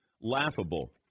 laughable